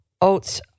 oats